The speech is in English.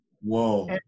Whoa